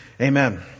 Amen